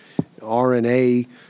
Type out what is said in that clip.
RNA